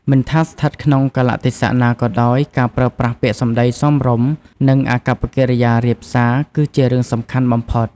មិនថាស្ថិតក្នុងកាលៈទេសៈណាក៏ដោយ ការប្រើប្រាស់ពាក្យសម្ដីសមរម្យ និងអាកប្បកិរិយារាបសារ គឺជារឿងសំខាន់បំផុត។